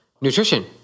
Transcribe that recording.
Nutrition